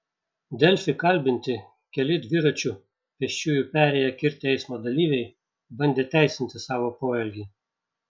delfi kalbinti keli dviračiu pėsčiųjų perėją kirtę eismo dalyviai bandė teisinti savo poelgį